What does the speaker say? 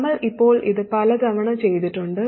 നമ്മൾ ഇപ്പോൾ ഇത് പല തവണ ചെയ്തിട്ടുണ്ട്